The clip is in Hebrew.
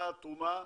מה התרומה.